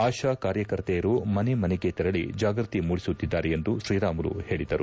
ಆಶಾ ಕಾರ್ಯಕರ್ತೆಯರು ಮನೆ ಮನೆಗೆ ತೆರಳಿ ಜಾಗೃತಿ ಮೂಡಿಸುತ್ತಿದ್ದಾರೆ ಎಂದು ಶ್ರೀರಾಮುಲು ಹೇಳಿದರು